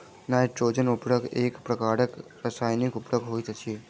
nitrogen उर्वरक एक प्रकारक रासायनिक उर्वरक अछि